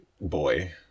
boy